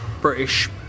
British